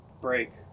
break